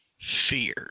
fear